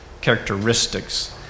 characteristics